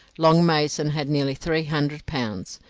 long mason had nearly three hundred pounds,